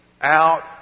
out